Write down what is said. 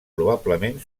probablement